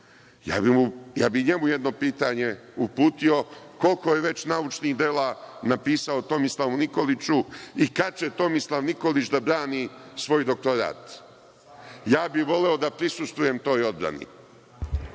ja bih njemu jedno pitanje uputio – koliko je već naučnih dela napisao Tomislavu Nikoliću i kada će Tomislav Nikolić da brani svoj doktorat? Voleo bih da prisustvujem toj odbrani.(LJubiša